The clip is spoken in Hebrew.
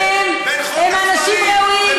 הם אנשים ראויים,